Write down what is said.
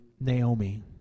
Naomi